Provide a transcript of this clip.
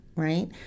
Right